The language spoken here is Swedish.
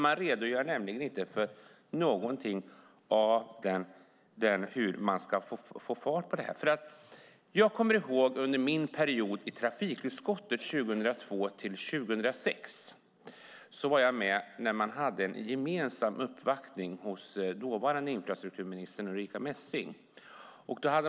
Hon redogör nämligen inte för någonting när det gäller hur man ska få fart på det här. Jag kommer ihåg att jag under min period i trafikutskottet 2002-2006 var med vid en gemensam uppvaktning hos dåvarande infrastrukturminister Ulrica Messing.